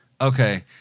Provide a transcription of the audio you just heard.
Okay